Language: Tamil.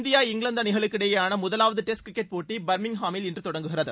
இந்தியா இங்கிலாந்து அணிகளுக்கு இடையேயான முதலாவது டெஸ்ட் கிரிக்கெட் போட்டி பர்மிங்காமில் இன்று தொடங்குகிறது